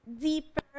deeper